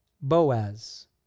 Boaz